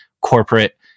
corporate